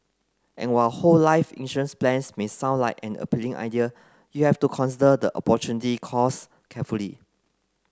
and while whole life insurance plans may sound like an appealing idea you have to consider the opportunity costs carefully